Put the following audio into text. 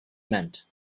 meant